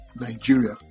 Nigeria